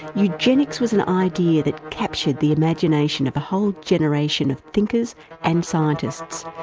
eugenics was an idea that captured the imagination of a whole generation of thinkers and scientists,